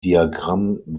diagramm